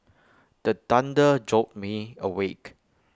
the thunder jolt me awake